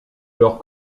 leur